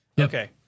Okay